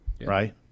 right